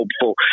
hopeful